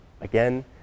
again